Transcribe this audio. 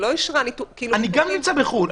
אני גם נמצא בחו"ל.